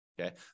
Okay